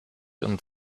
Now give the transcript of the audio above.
und